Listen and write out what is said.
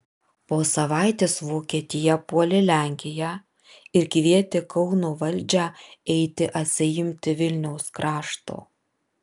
po savaitės vokietija puolė lenkiją ir kvietė kauno valdžią eiti atsiimti vilniaus krašto